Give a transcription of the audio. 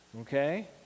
Okay